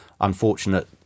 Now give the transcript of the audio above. unfortunate